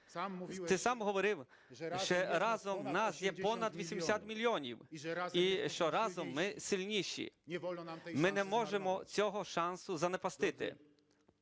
ти сам говорив, що разом нас є понад 80 мільйонів і що разом ми сильніші. Ми не можемо цього шансу занапастити.